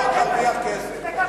יכולות להרוויח כסף.